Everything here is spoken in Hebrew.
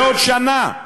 בעוד שנה,